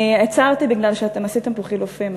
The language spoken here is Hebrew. אני עצרתי כי עשיתם פה חילופים,